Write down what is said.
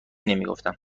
نمیگفتم